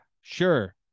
sure